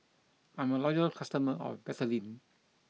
I'm a loyal customer of Betadine